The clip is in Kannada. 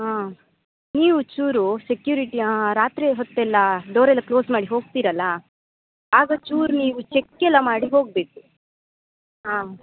ಹಾಂ ನೀವು ಚೂರು ಸೆಕ್ಯೂರಿಟಿ ರಾತ್ರಿ ಹೊತ್ತೆಲ್ಲ ಡೋರ್ ಎಲ್ಲ ಕ್ಲೋಸ್ ಮಾಡಿ ಹೋಗ್ತಿರಲ್ಲ ಆಗ ಚೂರು ನೀವು ಚೆಕ್ ಎಲ್ಲ ಮಾಡಿ ಹೋಗಬೇಕು ಹಾಂ